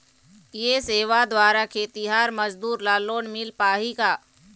ये सेवा द्वारा खेतीहर मजदूर ला लोन मिल पाही का?